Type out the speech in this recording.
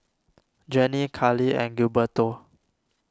Janie Carli and Gilberto